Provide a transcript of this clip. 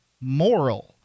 moral